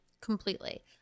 Completely